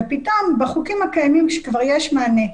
בחוקים הקיימים כבר יש מענה.